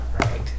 Right